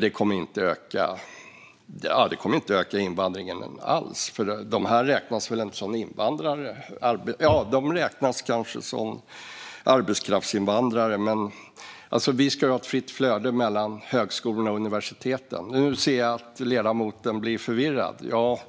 Detta kommer inte att öka invandringen alls - för de här personerna räknas väl inte som invandrare? De räknas kanske som arbetskraftsinvandrare. Det ska ju vara ett fritt flöde mellan högskolorna och universiteten. Nu ser jag att ledamoten blir förvirrad. Det här handlar